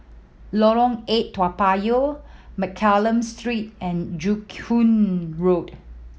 Lorong Eight Toa Payoh Mccallum Street and Joo Koon Road